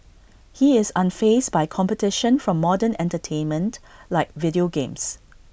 he is unfazed by competition from modern entertainment like video games